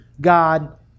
God